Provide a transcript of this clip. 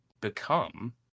become